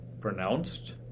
pronounced